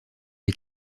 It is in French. les